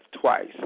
twice